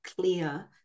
clear